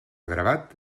gravat